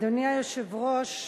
אדוני היושב-ראש,